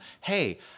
hey